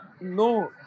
No